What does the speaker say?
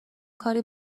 کاری